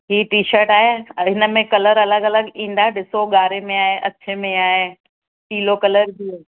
हीअ T shirt आहे हिन में कलरु अलॻि अलॻि ईंदा ॾिसो ॻाढ़े में आहे अछे में आहे पीलो कलरु बि